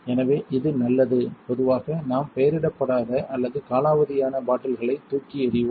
எனவே இது நல்லது பொதுவாக நாம் பெயரிடப்படாத அல்லது காலாவதியான பாட்டில்களை தூக்கி எறிவோம்